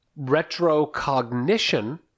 Retrocognition